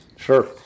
Sure